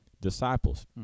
disciples